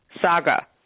Saga